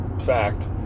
fact